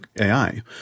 AI